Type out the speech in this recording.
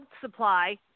supply